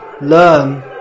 learn